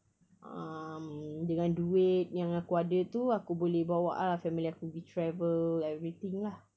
um dengan duit yang aku ada tu aku boleh bawa ah family aku pergi travel everything lah